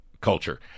culture